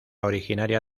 originaria